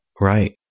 Right